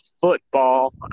football